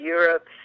Europe